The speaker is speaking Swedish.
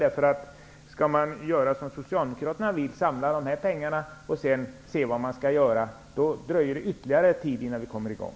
Om man skall göra som Socialdemokraterna vill, samla dessa pengar för att sedan se vad man skall göra, då dröjer det ytterligare innan man kommer i gång.